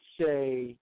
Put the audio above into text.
say